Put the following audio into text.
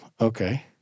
Okay